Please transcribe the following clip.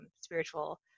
spiritual